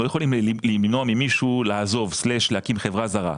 אנחנו לא יכולים למנוע ממישהו לעזוב/להקים חברה זרה.